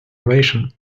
ovation